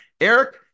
Eric